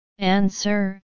Answer